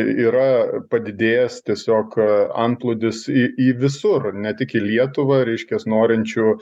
yra padidėjęs tiesiog antplūdis į į visur ne tik į lietuvą reiškias norinčių